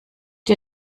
dir